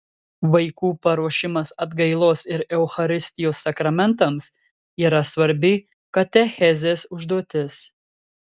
vaikų paruošimas atgailos ir eucharistijos sakramentams yra svarbi katechezės užduotis